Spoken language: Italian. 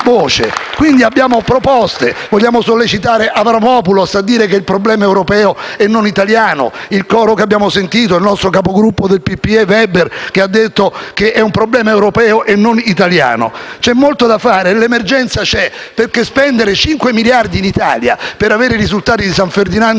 Abbiamo dunque proposte: vogliamo sollecitare Avramopoulos a dire che il problema è europeo e non italiano e c'è il coro che abbiamo sentito, con il capogruppo del PPE Weber che ha dichiarato che si tratta di un problema europeo e non italiano. C'è molto da fare e l'emergenza c'è, perché spendere 5 miliardi in Italia per avere i risultati di San Ferdinando